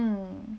mm